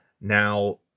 Now